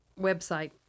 website